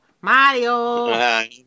Mario